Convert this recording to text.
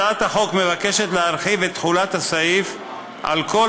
בהצעת החוק מוצע להרחיב את תחולת הסעיף על כל